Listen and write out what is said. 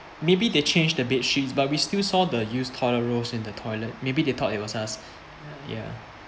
maybe they change the bed sheets but we still saw the used toilet rolls in the toilet maybe they thought it was us ya